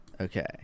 okay